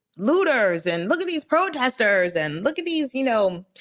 looters and look at these protesters and look at these, you know,